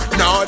no